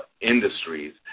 industries